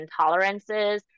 intolerances